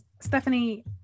Stephanie